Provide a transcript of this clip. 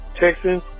Texans